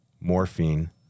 morphine